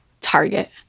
Target